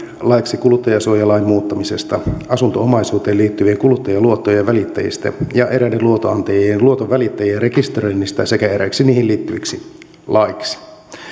laeiksi kuluttajansuojalain muuttamisesta asunto omaisuuteen liittyvien kuluttajaluottojen välittäjistä ja eräiden luotonantajien ja luotonvälittäjien rekisteröinnistä sekä eräiksi niihin liittyviksi laeiksi